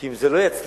כי אם זה לא יצליח,